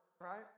right